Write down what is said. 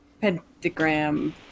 pentagram